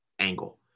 angle